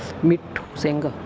Mitthu Singh